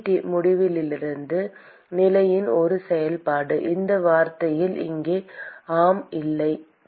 D முடிவிலி நிலையின் ஒரு செயல்பாடு இந்த வார்த்தையில் இங்கே ஆம் அல்லது இல்லை